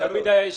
עכשיו